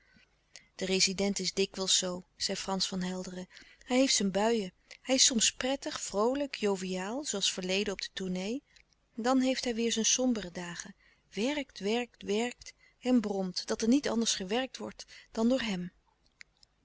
de rezident is dikwijls zoo zei frans van helderen hij heeft zijn buien hij is soms prettig vroolijk joviaal zooals verleden op de tournée dan heeft hij weêr zijn sombere dagen werkt werkt werkt en bromt dat er niet anders gewerkt wordt dan door hem